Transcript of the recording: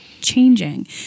changing